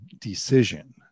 decision